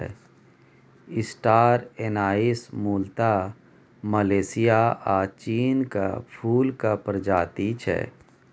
star anise मुलतः Malaysia आ चीनक फुलक प्रजाति छै